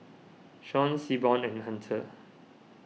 Shawn Seaborn and Hunter